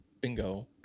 Bingo